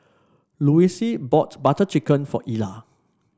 Louise bought Butter Chicken for Ilah